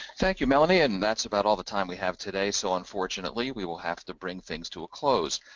thank you, melanie, and and that's about all the time we have today, so unfortunately we will have to bring things to a close.